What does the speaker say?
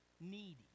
needy